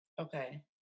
Okay